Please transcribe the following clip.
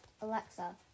Alexa